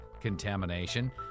contamination